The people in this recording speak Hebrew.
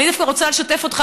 אני דווקא רוצה לשתף אותך,